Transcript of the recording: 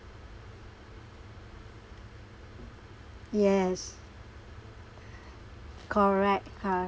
yes correct